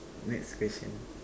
next question